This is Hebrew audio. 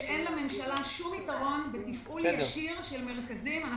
שאין לממשלה שום יתרון בתפעול ישיר של מרכזים.